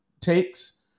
takes